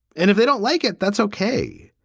and if they don't like it, that's ok.